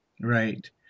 Right